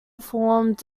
formed